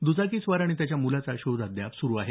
दुचाकीस्वार आणि त्याच्या मुलाचा शोध अद्याप सुरू आहे